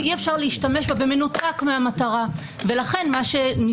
זה לא הסדר שלילי שאומר שבמקרים אחרים אסור לו אלא כמו שאדוני אומר,